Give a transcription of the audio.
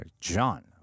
John